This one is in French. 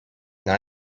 dans